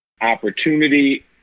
opportunity